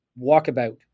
walkabout